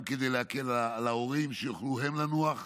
גם כדי להקל על ההורים, שיוכלו לנוח.